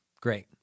Great